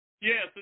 Yes